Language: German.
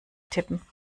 tippen